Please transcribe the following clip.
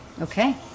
Okay